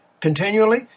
continually